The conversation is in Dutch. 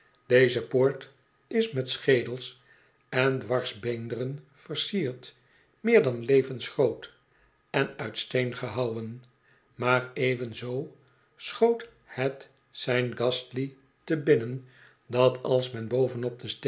deze poort is met schedels en dwarsbeenderen versierd meer dan levensgroot en uit steen gehouwen maar evenzoo schoot het saint ghastly te binnen dat als men bovenop de